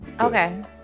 Okay